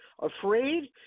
afraid